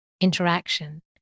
interaction